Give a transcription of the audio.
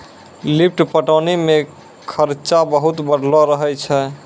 lift पटौनी मे खरचा बहुत बढ़लो रहै छै